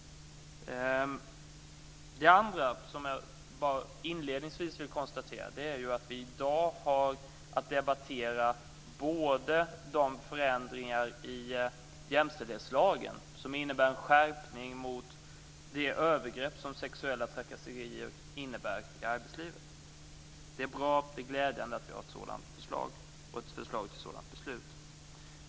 Det andra som jag inledningsvis vill konstatera är att vi i dag har att debattera de förändringar i jämställdhetslagen som innebär en skärpning i fråga om de övergrepp som sexuella trakasserier innebär i arbetslivet. Det är bra och glädjande att vi har ett förslag till ett sådant beslut.